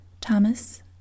Thomas